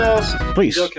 please